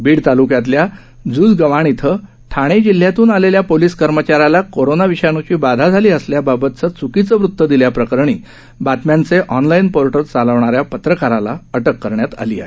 बीड तालुक्यातल्या जुजगव्हाण येथे ठाणे जिल्ह्यातून आलेल्या पोलिस कर्मचाऱ्यांला कोरोना विषाणूची बाधा झाली असल्या बाबतचे च्कीचे वृत दिल्याप्रकरणी बातम्यांचे ऑनलाइन पोर्टल चालविणाऱ्या पत्रकाराला अटक करण्यात आली आहे